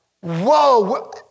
whoa